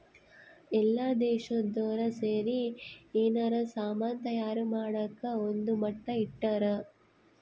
ಎಲ್ಲ ದೇಶ್ದೊರ್ ಸೇರಿ ಯೆನಾರ ಸಾಮನ್ ತಯಾರ್ ಮಾಡಕ ಒಂದ್ ಮಟ್ಟ ಇಟ್ಟರ